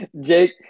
Jake